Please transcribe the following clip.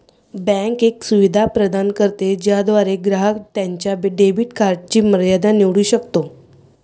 bank एक सुविधा प्रदान करते ज्याद्वारे ग्राहक त्याच्या डेबिट कार्डची मर्यादा निवडू शकतो